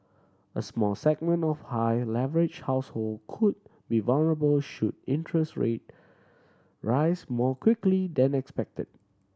a small segment of high leverage household could vulnerable should interest ray rates more quickly than expected